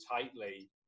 tightly